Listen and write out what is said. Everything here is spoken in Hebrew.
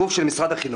גוף של משרד החינוך.